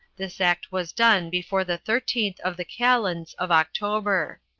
this act was done before the thirteenth of the calends of october.